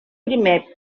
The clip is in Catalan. primer